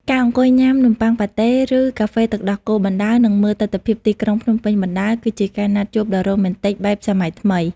ការអង្គុយញ៉ាំ "នំបុ័ងប៉ាតេ" ឬ "កាហ្វេទឹកដោះគោ" បណ្ដើរ និងមើលទិដ្ឋភាពទីក្រុងភ្នំពេញបណ្ដើរ គឺជាការណាត់ជួបដ៏រ៉ូមែនទិកបែបសម័យថ្មី។